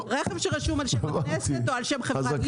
רכב שרשום על הכנסת או על שם חברת ליסינג יגיע ל-2,000.